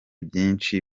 byinshi